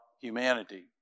humanity